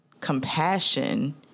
compassion